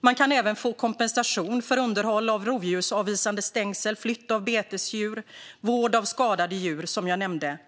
Man kan även få kompensation för underhåll av rovdjursavvisande stängsel, flytt av betesdjur och vård av skadade djur, som jag nämnde